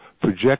project